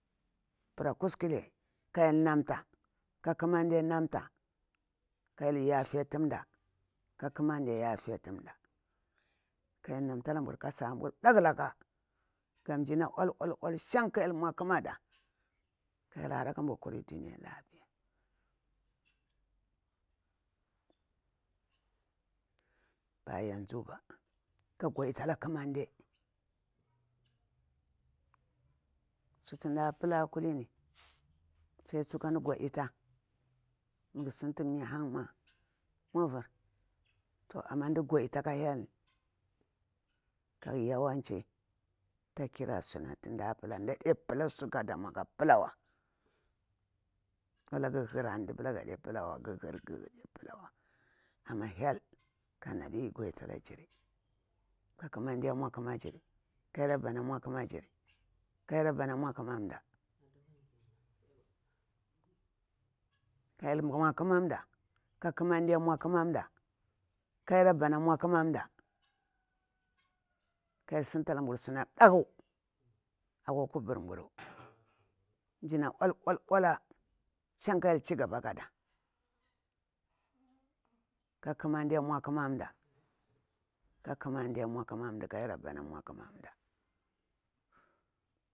Pula kuskure ka hyel namta ka kamande nanta ka hyel yafetun mda ka kumande yafetu mda ka hyel namtu alamburu kasa mbura ɗaklaksa ga mji na ol ol sham ka hyel mau aƙama da ka hyel hara ka mbur kuri duniya lapiya ba yanzu ba ikha dogit a ala kumande sutu mda pula kulini sai dai ka mda godita ikha sintu nya hang bi mouvir an mda ƙa godita ala hyel ni aiya wance mda ade pula su damau ka wance pula antu mda pula amna iku godita alajini ka ƙamande mau, aƙamajiri ya ya rabbana mau aƙamajiri ka ya rabbana mau aƙamamdda ka hyel sinta lamburu suna ɗakku akwa kabur mburu mjina ol ol ola shang ka hyel chigaba kada ka ƙumande mau aƙamda ka ƙamande mau aƙumanda ya rabbana mau aƙamanda.